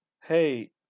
Hey